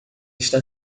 está